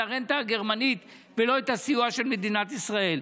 הרנטה הגרמנית ולא את הסיוע של מדינת ישראל.